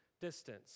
distance